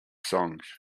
songs